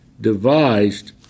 devised